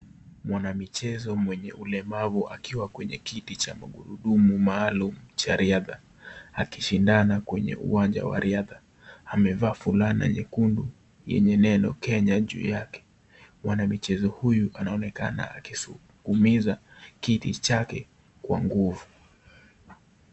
Mwanamichezo mwenye ulemavu akiwa kwenye kiti cha magurudumu maalum cha riadha akishindana kwenye uwanja wa riadha, amevaa fulana nyekundu yenye neno Kenya juu yake. Mwanamichezo huyu anaonekana akisukumiza kiti chake kwa nguvu.